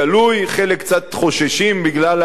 חלק קצת חוששים בגלל ההנהגה,